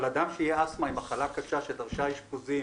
אבל אדם שיש לו אסתמה עם מחלה קשה שדרשה אשפוזים